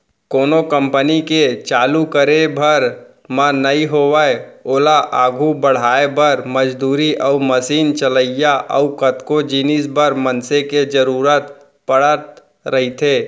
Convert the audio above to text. कोनो कंपनी के चालू करे भर म नइ होवय ओला आघू बड़हाय बर, मजदूरी अउ मसीन चलइया अउ कतको जिनिस बर मनसे के जरुरत पड़त रहिथे